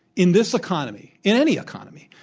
in this economy, in any economy,